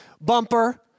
bumper